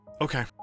Okay